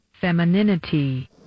Femininity